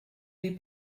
des